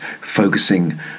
focusing